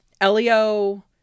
Elio